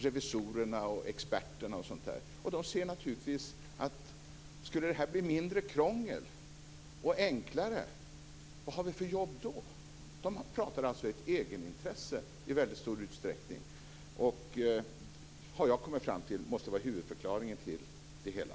Revisorerna, experterna osv. undrar naturligtvis: Om det blir mindre krångel och enklare här, vad har vi då för jobb? De talar alltså i stor utsträckning i eget intresse. Jag har kommit fram till att det måste vara huvudförklaringen till det hela.